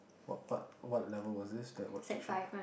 what what what level was this that was she shows